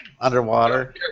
underwater